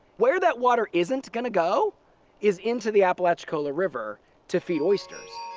where that water isn't going to go is into the apalachicola river to feed oysters.